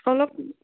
অলপ